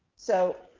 so